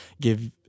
give